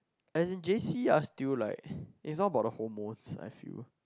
as in J_C are still like is not about the hormones I feel